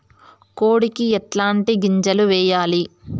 కోడికి ఎట్లాంటి గింజలు వేయాలి?